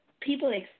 people